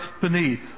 beneath